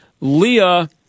Leah